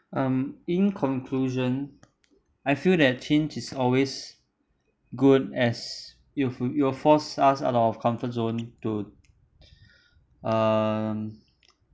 um in conclusion I feel that change is always good as you've f~ it'll force us out of our comfort zone to um